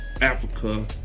Africa